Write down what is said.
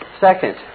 Second